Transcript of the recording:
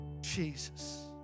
Jesus